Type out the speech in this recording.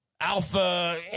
alpha